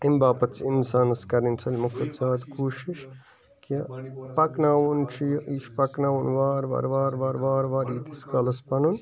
اَمہِ باپَتھ چھِ اِنسانَس کَرٕنۍ سٲلمو کھۄتہٕ زیادٕ کوٗشِش کہِ پَکناوُن چھُ یہِ یہِ چھُ پَکناوُن وارٕ وارٕ وارٕ وارٕ وارٕ وارٕ ییٖتِس کالَس پَنُن